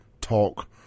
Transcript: talk